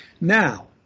Now